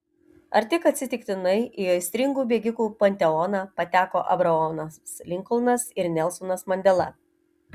ar tik atsitiktinai į aistringų bėgikų panteoną pateko abraomas linkolnas ir nelsonas mandela